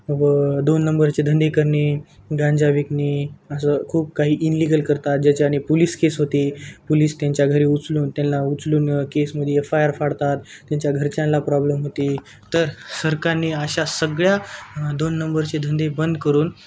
व दोन नंबरचे धंदे करणे गांजा विकणे असं खूप काही इनलिगल करतात ज्याच्याने पुलीस केस होती पुलीस त्यांच्या घरी उचलून त्यांना उचलून केसमध्ये एफ आय आर फाडतात त्यांच्या घरच्यांना प्रॉब्लेम होती तर सरकारने अशा सगळ्या दोन नंबरचे धंदे बंद करून